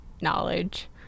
knowledge